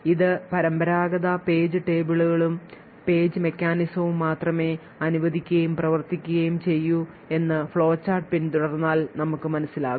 ഇത് പരമ്പരാഗത page table കളും പേജ് മെക്കാനിസങ്ങളും മാത്രമേ അനുവദിക്കുകയും പ്രവർത്തിക്കുകയും ചെയ്യൂ എന്ന് ഫ്ലോചാർട്ട് പിന്തുടർന്നാൽ നമുക്ക് മനസിലാവും